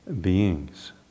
beings